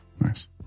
Nice